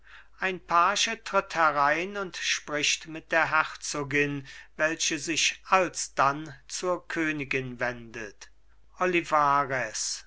ein page tritt herein und spricht mit der herzogin welche sich alsdann zur königin wendet olivarez